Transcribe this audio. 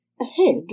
Ahead